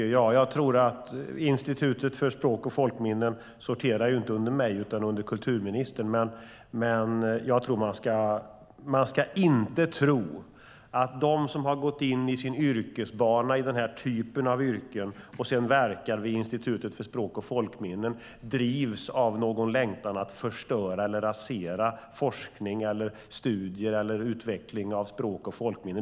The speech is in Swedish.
Herr talman! Institutet för språk och folkminnen sorterar inte under mig utan under kulturministern. Man ska dock inte tro att de som har gått in i sin yrkesbana i den här typen av yrken och verkar vid Institutet för språk och folkminnen drivs av någon längtan att förstöra eller rasera forskning, studier eller utveckling av språk och folkminnen.